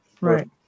Right